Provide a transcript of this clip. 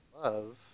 love